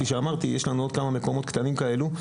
כפי שאמרתי, יש לנו עוד כמה מקומות קטנים כאלו.